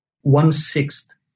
one-sixth